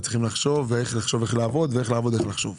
לחשוב על איך לעבוד ולעבוד על איך לחשוב.